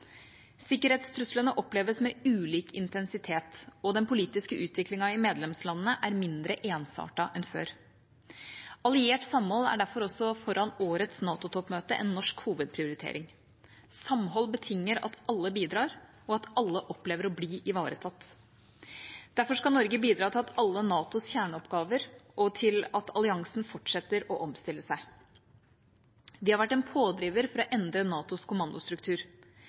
Sikkerhetstruslene oppleves med ulik intensitet, og den politiske utviklingen i medlemslandene er mindre ensartet enn før. Alliert samhold er derfor også foran årets NATO-toppmøte en norsk hovedprioritering. Samhold betinger at alle bidrar, og at alle opplever å bli ivaretatt. Derfor skal Norge bidra til alle NATOs kjerneoppgaver og til at alliansen fortsetter å omstille seg. Vi har vært en pådriver for å endre NATOs kommandostruktur.